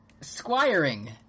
Squiring